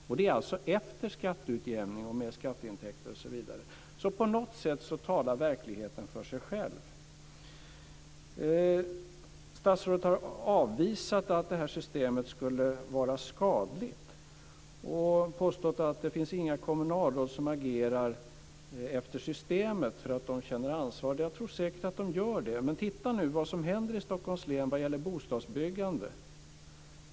Det gäller alltså efter skatteutjämning, med skatteintäkter osv. På något sätt talar verkligheten för sig själv. Statsrådet har avvisat att det här systemet skulle vara skadligt och påstått att det inte finns några kommunalråd som agerar efter systemet därför att de känner ett ansvar. Det gör de säkert. Men titta på vad som händer i Stockholms län vad gäller bostadsbyggandet.